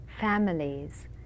Families